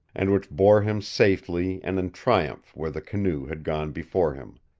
and which bore him safely and in triumph where the canoe had gone before him.